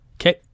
Okay